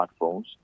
smartphones